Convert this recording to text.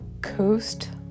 coast